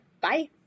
Bye